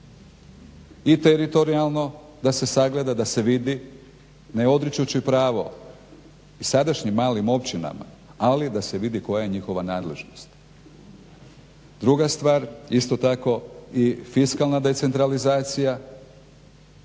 i teritorijalno da se sagleda, da se vidi ne odričući pravo i sadašnjim malim općinama, ali da se vidi koja je njihova nadležnosti. Druga stvar, isto tako i fiskalna decentralizacija